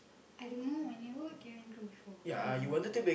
I don't know I never cabin crew before so I don't know